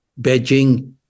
Beijing